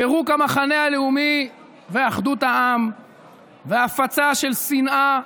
פירוק המחנה הלאומי ואחדות העם והפצה של שנאה,